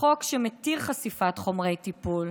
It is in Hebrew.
החוק המתיר חשיפת חומרי טיפול",